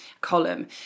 column